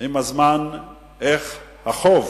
עם הזמן איך החוב